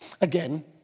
again